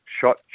shot